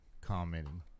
commenting